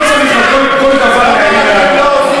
לא צריך על כל דבר להעיר הערות.